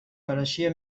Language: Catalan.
pareixia